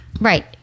Right